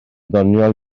ddoniol